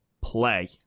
play